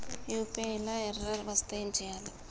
UPI లా error వస్తే ఏం చేయాలి?